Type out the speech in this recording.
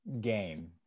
game